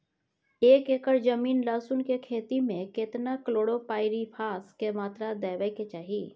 एक एकर जमीन लहसुन के खेती मे केतना कलोरोपाईरिफास के मात्रा देबै के चाही?